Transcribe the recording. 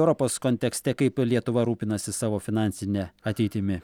europos kontekste kaip lietuva rūpinasi savo finansine ateitimi